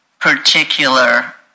particular